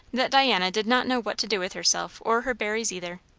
that diana did not know what to do with herself or her berries either.